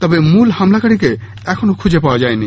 তবে মূল হামলাকারীদের এখনও খুঁজে পাওয়া যায়নি